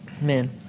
Man